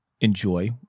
enjoy